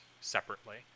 separately